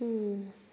हो